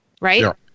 right